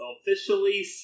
officially